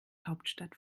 hauptstadt